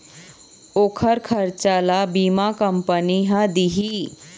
ओखर खरचा ल बीमा कंपनी ह दिही